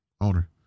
Owner